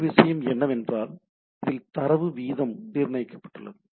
மற்றொரு விஷயம் என்னவென்றால் இதில் தரவு வீதம் நிர்ணயிக்கப்பட்டுள்ளது